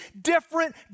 different